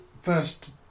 first